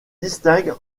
distingue